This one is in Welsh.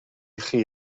chi